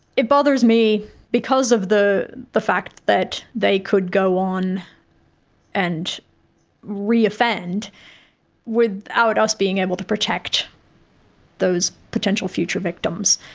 it bothers me because of the the fact that they could go on and re-offend without us being able to protect those potential future victims.